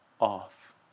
off